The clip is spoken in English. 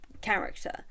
character